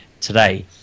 today